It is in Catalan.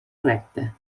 recte